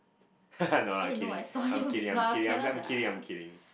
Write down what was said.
no lah I'm kidding I'm kidding I'm kidding I'm I'm kidding I'm kidding